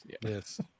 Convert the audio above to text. yes